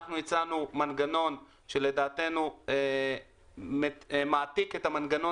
אנחנו הצענו מנגנון שלדעתנו מעתיק את המנגנון